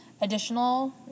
additional